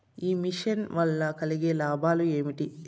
ఈ మిషన్ వల్ల కలిగే లాభాలు ఏమిటి?